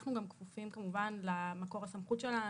אנחנו גם כפופים כמובן למקור הסמכות שלנו,